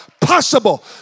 possible